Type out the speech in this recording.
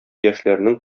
яшьләрнең